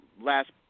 last